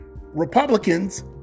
Republicans